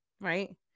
right